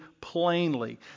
plainly